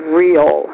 real